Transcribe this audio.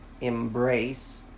embrace